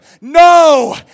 no